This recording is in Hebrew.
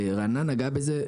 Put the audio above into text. רענן נגע בזה.